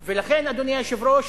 לכן, אדוני היושב-ראש,